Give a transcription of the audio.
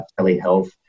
telehealth